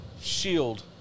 Shield